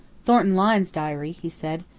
thornton lyne's diary, he said.